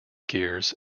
gears